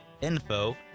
info